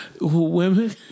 Women